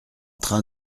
train